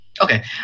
Okay